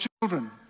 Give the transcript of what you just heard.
children